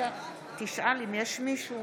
האם יש מישהו